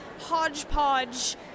hodgepodge